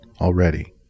already